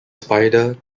spider